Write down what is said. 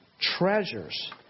treasures